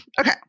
Okay